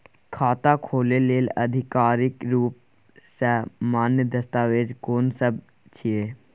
खाता खोले लेल आधिकारिक रूप स मान्य दस्तावेज कोन सब छिए?